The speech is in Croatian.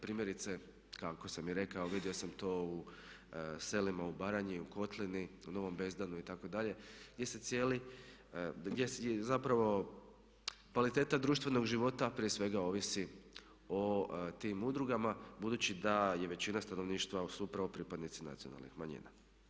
Primjerice kako sam i rekao vidio sam to u selima u Baranji, u Kotlini, u Novom Bezdanu itd. gdje zapravo kvaliteta društvenog života prije svega ovisi o tim udrugama budući da je većina stanovništva su upravo pripadnici nacionalnih manjina.